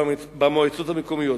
ובמועצות המקומיות.